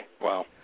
Wow